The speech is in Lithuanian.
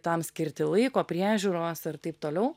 tam skirti laiko priežiūros ir taip toliau